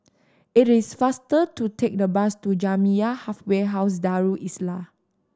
it is faster to take the bus to Jamiyah Halfway House Darul Islah